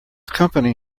company